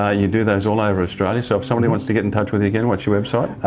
ah you do those all over australia. so if somebody wants to get in touch with you, again what's your website?